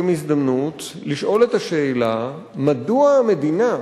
גם הזדמנות לשאול את השאלה מדוע המדינה,